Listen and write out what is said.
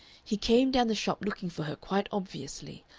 he came down the shop looking for her quite obviously,